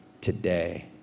today